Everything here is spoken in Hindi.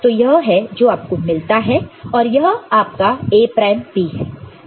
तो यह है जो आपको मिलता है और यह आपका A प्राइम B है